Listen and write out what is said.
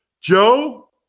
Joe